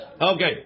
Okay